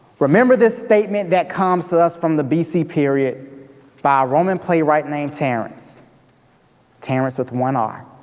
remember this statement that comes to us from the bc period by a roman playwright named terence terence with one r.